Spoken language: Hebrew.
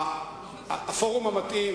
הפורום המתאים,